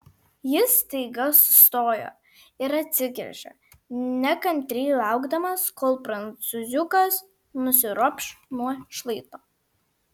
jis staiga sustojo ir atsigręžė nekantriai laukdamas kol prancūziukas nusiropš nuo šlaito